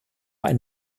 ein